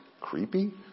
creepy